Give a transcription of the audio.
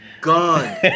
gone